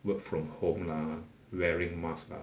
work from home lah wearing mask ah